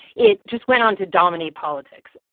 it just went on to dominate politics,